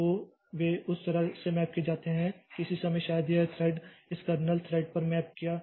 तो वे उस तरह से मैप किए जाते हैं किसी समय शायद यह थ्रेड इस कर्नेल थ्रेड पर मैप किया गया था